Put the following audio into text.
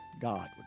God